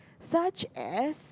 such as